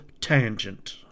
tangent